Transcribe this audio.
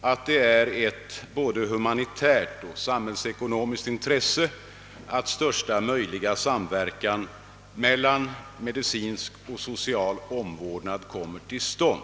att det är ett både humanitärt och samhällsekonomiskt intresse att största möjliga samverkan mellan medicinsk och social omvårdnad kommer till stånd.